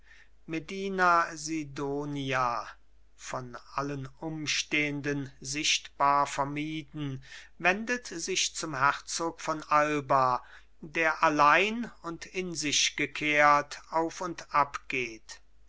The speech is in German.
medina sidonia von allen umstehenden sichtbar vermieden wendet sich zum herzog von alba der allein und in sich gekehrt auf und